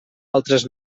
altres